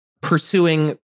pursuing